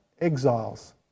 Exiles